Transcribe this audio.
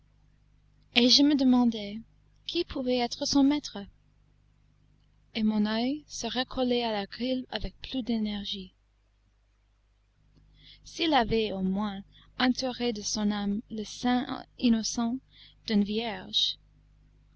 et je me demandais qui pouvait être son maître et mon oeil se recollait à la grille avec plus d'énergie s'il avait au moins entouré de son âme le sein innocent d'une vierge